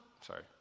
sorry